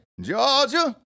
Georgia